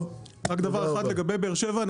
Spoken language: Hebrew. רק דבר אחד לגבי באר שבע,